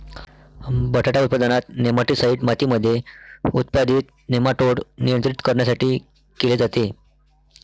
बटाटा उत्पादनात, नेमाटीसाईड मातीमध्ये उत्पादित नेमाटोड नियंत्रित करण्यासाठी केले जाते